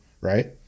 right